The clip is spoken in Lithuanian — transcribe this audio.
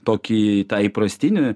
tokį tą įprastinį